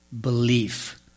belief